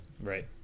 Right